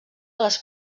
les